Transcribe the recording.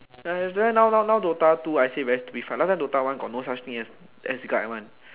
that's why now now now DOTA two I say very stupid one last time DOTA one got no such thing as as guide one